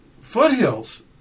foothills